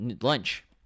lunch